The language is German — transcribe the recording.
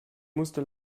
musste